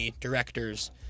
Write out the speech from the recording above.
directors